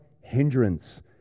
hindrance